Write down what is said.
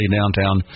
Downtown